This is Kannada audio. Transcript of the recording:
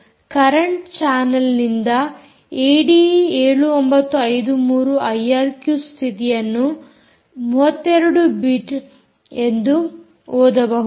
ಕರೆಂಟ್ ಚಾನಲ್ ನಿಂದ ಏಡಿಈ7953 ಐಆರ್ಕ್ಯೂ ಸ್ಥಿತಿಯನ್ನು 32ಬಿಟ್ ಎಂದು ಓದಬಹುದು